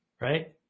Right